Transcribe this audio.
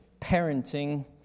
parenting